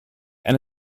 and